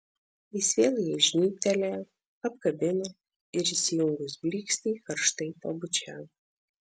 jis vėl jai žnybtelėjo apkabino ir įsijungus blykstei karštai pabučiavo